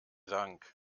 dank